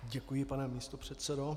Děkuji pane místopředsedo.